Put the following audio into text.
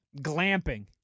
Glamping